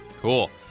Cool